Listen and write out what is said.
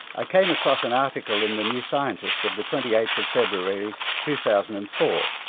i came across an article in the new scientist of the twenty eighth february, two thousand and four.